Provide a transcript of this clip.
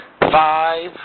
Five